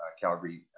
Calgary